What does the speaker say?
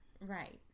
Right